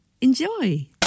Enjoy